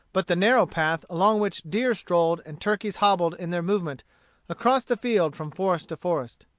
but the narrow path along which deer strolled and turkeys hobbled in their movement across the field from forest to forest.